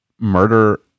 Murder